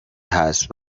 هست